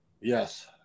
Yes